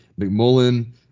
McMullen